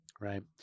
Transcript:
right